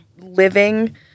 living